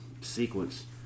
sequence